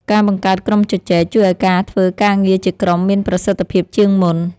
ការបង្កើតក្រុមជជែក ជួយឱ្យការធ្វើការងារជាក្រុមមានប្រសិទ្ធភាពជាងមុន។